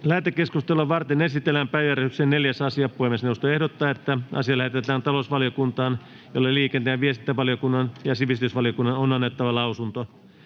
Lähetekeskustelua varten esitellään päiväjärjestyksen 4. asia. Puhemiesneuvosto ehdottaa, että asia lähetetään talousvaliokuntaan, jolle liikenne- ja viestintävaliokunnan ja sivistysvaliokunnan on annettava lausunto.